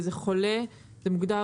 זה מוגדר,